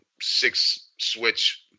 six-switch